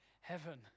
heaven